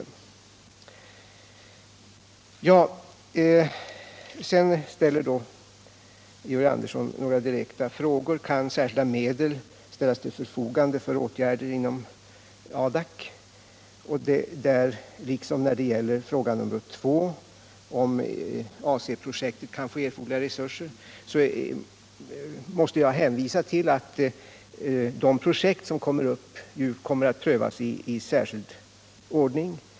Georg Andersson formulerade några direkta frågor. Kan särskilda me del ställas till förfogande för åtgärder inom Adak, frågade han. Vidare: Kan AC-projektet få erforderliga resurser? Jag måste då hänvisa till att de projekt som kommer upp skall prövas i särskild ordning.